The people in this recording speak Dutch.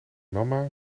mama